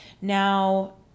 now